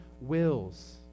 wills